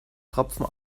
tropfen